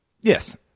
Yes